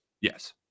Yes